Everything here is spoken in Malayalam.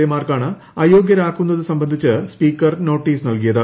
എ മാർക്കാണ് അയ്യോഗൃത്രാക്കുന്നത് സംബന്ധിച്ച് സ്പീക്കർ നോട്ടീസ് നൽകിയത്